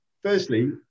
Firstly